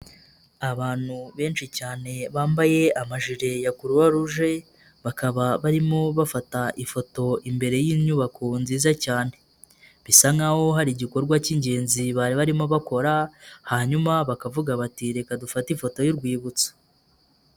Abantu benshi cyane bambaye amajire ya croix rouge, bakaba barimo bafata ifoto imbere y'inyubako nziza cyane, bisa nk'aho hari igikorwa cy'ingenzi bari barimo bakora, hanyuma bakavuga bati reka dufate ifoto y'urwibutso.